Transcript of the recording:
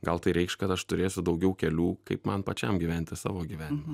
gal tai reikš kad aš turėsiu daugiau kelių kaip man pačiam gyventi savo gyvenimą